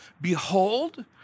Behold